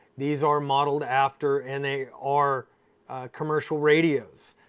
these are modeled after and they are commercial radios.